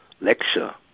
lecture